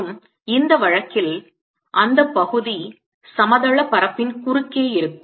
மற்றும் இந்த வழக்கில் அந்த பகுதி சமதள பரப்பின் குறுக்கே இருக்கும்